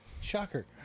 Shocker